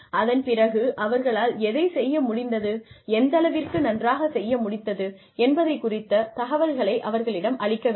அதன் பிறகு அவர்களால் எதைச் செய்ய முடிந்தது எந்தளவிற்கு நன்றாகச் செய்ய முடிந்தது என்பது குறித்த தகவல்களை அவர்களிடம் அளிக்க வேண்டும்